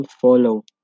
follow